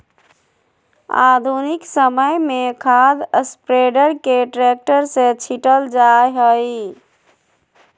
आधुनिक समय में खाद स्प्रेडर के ट्रैक्टर से छिटल जा हई